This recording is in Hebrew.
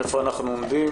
איפה אנחנו עומדים.